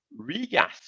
regas